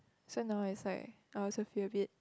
so now is like I also feel a bit